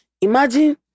imagine